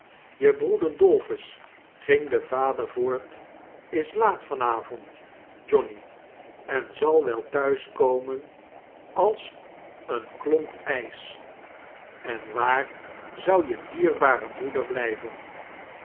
je broeder dolphus ging de vader voort is laat van avond johnny en zal wel thuis komen als een klomp charles dickens ijs en waar zou je dierbare moeder blijven